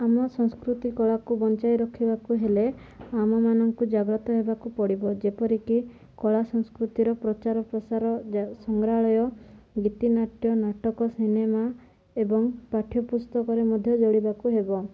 ଆମ ସଂସ୍କୃତି କଳାକୁ ବଞ୍ଚାଇ ରଖିବାକୁ ହେଲେ ଆମମାନଙ୍କୁ ଜାଗ୍ରତ ହେବାକୁ ପଡ଼ିବ ଯେପରିକି କଳା ସଂସ୍କୃତିର ପ୍ରଚାର ପ୍ରସାର ସଂଗ୍ରହାଳୟ ଗୀତି ନାଟ୍ୟ ନାଟକ ସିନେମା ଏବଂ ପାଠ୍ୟପୁସ୍ତକରେ ମଧ୍ୟ ଯଳିବାକୁ ହେବ